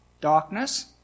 darkness